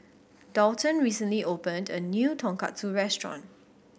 Daulton recently opened a new Tonkatsu Restaurant